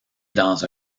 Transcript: dans